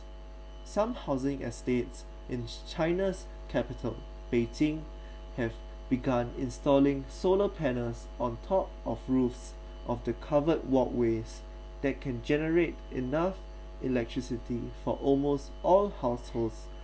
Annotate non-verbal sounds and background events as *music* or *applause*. some housing estates in china's capital beijing *breath* have begun installing solar panels on top of roofs of the covered walkways that can generate enough electricity for almost all households